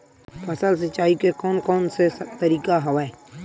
फसल सिंचाई के कोन कोन से तरीका हवय?